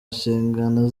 nshingano